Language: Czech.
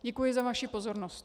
Děkuji za vaši pozornost.